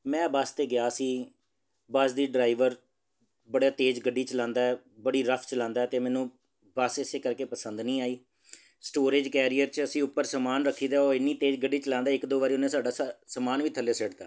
ਮੈਂ ਬੱਸ 'ਤੇ ਗਿਆ ਸੀ ਬੱਸ ਦੀ ਡਰਾਈਵਰ ਬੜਾ ਤੇਜ਼ ਗੱਡੀ ਚਲਾਉਂਦਾ ਬੜੀ ਰਫ ਚਲਾਉਂਦਾ ਅਤੇ ਮੈਨੂੰ ਬੱਸ ਇਸ ਕਰਕੇ ਪਸੰਦ ਨਹੀਂ ਆਈ ਸਟੋਰੇਜ ਕੈਰੀਅਰ 'ਚ ਅਸੀਂ ਉੱਪਰ ਸਮਾਨ ਰੱਖੀ ਦਾ ਉਹ ਇੰਨੀ ਤੇਜ਼ ਗੱਡੀ ਚਲਾਉਂਦਾ ਇੱਕ ਦੋ ਵਾਰੀ ਉਹਨੇ ਸਾਡਾ ਸ ਸਮਾਨ ਵੀ ਥੱਲੇ ਸਿੱਟ ਤਾ